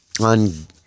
on